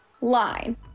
Line